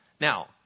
Now